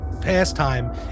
pastime